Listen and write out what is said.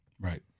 Right